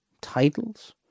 titles